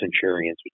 Centurions